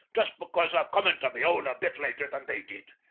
just because i've come into me own a bit later than they did.